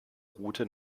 route